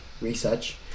research